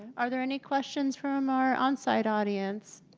are there any questions from our on-site audience?